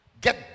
get